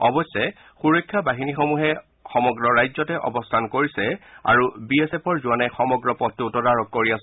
অৱশ্যে সুৰক্ষা বাহিনীসমূহে সমগ্ৰ ৰাজ্যতে অৱস্থান কৰিছে আৰু বি এছ এফৰ জোৱানে সমগ্ৰ পথটো তদাৰক কৰি আছে